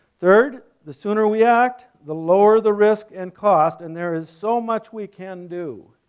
third, the sooner we act, the lower the risk and cost and there is so much we can do.